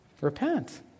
repent